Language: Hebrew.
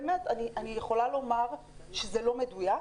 אני יכולה לומר שזה לא מדויק.